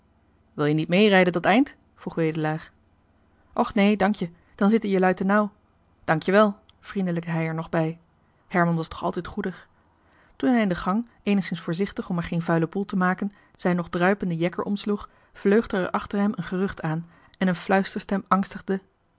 wil je niet meerijden dat eind vroeg wedelaar och nee dank je dan zitten jelui te nauw dank je wel vriendelijkte hij er nog op herman was toch altijd goedig toen hij in de gang eenigszins voorzichtig om er geen vuilen boel te maken zijn nog druipenden jekker omsloeg vleugde er achter hem een gerucht aan en een fluisterstem angstigde